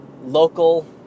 local